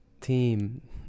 Team